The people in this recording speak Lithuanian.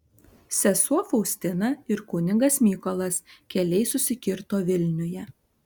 sesuo faustina ir kunigas mykolas keliai susikirto vilniuje